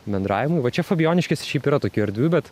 bendravimui va čia fabijoniškės šiaip yra tokių erdvių bet